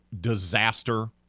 disaster